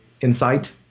insight